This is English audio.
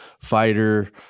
fighter